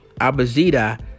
Abazida